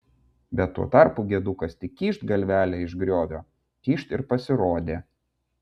bet tuo tarpu gedukas tik kyšt galvelę iš griovio kyšt ir pasirodė